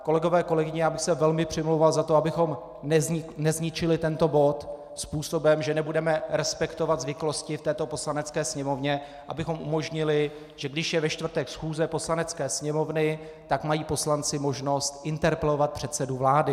Kolegové, kolegyně, já bych se velmi přimlouval za to, abychom nezničili tento bod způsobem, že nebudeme respektovat zvyklosti v této Poslanecké sněmovně, abychom umožnili, že když je ve čtvrtek schůze Poslanecké sněmovny, tak mají poslanci možnost interpelovat předsedu vlády.